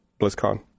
BlizzCon